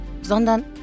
sondern